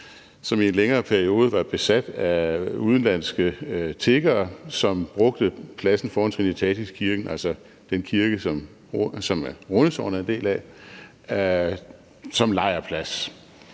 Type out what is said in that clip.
som i en længere periode var besat af udenlandske tiggere, som brugte pladsen foran Trinitatis Kirke, altså den kirke, som Rundetårn er en del af, som lejrplads.